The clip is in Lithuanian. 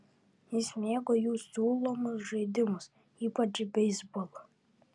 jis mėgo jų siūlomus žaidimus ypač beisbolą